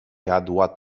jadła